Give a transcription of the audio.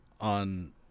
on